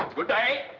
good day.